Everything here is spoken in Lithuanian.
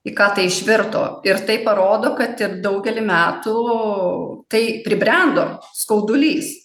į ką tai išvirto ir tai parodo kad ir daugelį metų tai pribrendo skaudulys